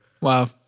Wow